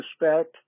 respect